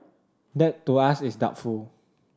that to us is doubtful